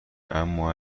اما